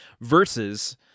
versus